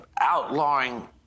outlawing